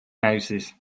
houses